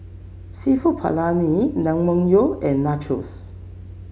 seafood Paella Naengmyeon and Nachos